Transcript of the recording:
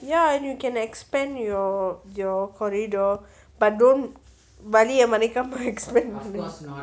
ya and you can expand your your corridor but don't வழிய மறைக்காம:vazhiya maraikkaama expand பண்ணுங்க:pannunga